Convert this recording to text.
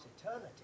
eternity